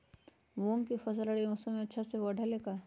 मूंग के फसल रबी मौसम में अच्छा से बढ़ ले का?